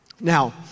Now